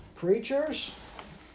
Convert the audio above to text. Preachers